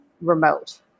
remote